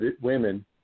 women